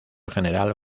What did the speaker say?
general